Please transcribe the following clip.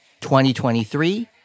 2023